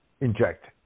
inject